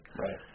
Right